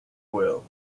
well